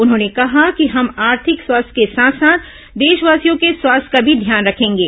उन्होंने कहा कि हम आर्थिक स्वास्थ्य के साथ साथ देशवासियों के स्वास्थ्य का भी ध्यान रखेंगे